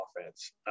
offense